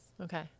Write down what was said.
Okay